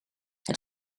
het